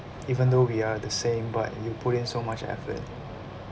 even though we are the same but you put in so much effort